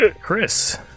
Chris